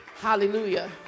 Hallelujah